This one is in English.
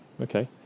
Okay